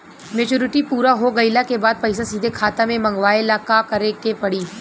Maturity पूरा हो गइला के बाद पईसा सीधे खाता में मँगवाए ला का करे के पड़ी?